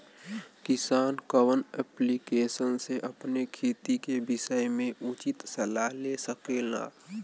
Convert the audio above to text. किसान कवन ऐप्लिकेशन से अपने खेती के विषय मे उचित सलाह ले सकेला?